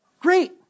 Great